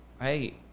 hey